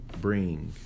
bring